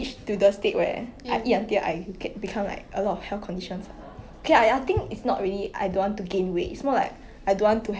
actually I think like actually I think your concern right it's like very common among like 我们这样的年轻人 like 年轻人 lah because